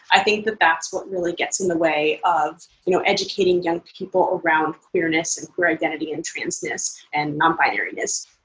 i think that's what really gets in the way of you know educating young people around queerness and queer identity and trans ness, and non-binary-ness,